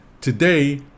today